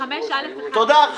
תודה.